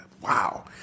wow